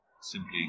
simply